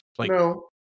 no